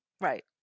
Right